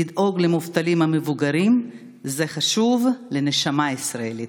לדאוג למובטלים המבוגרים זה חשוב לנשמה הישראלית.